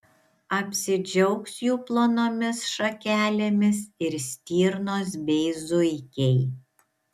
apsidžiaugs jų plonomis šakelėmis ir stirnos bei zuikiai